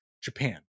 Japan